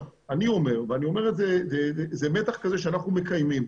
אני אומר, זה מתח כזה שאנחנו מקיימים,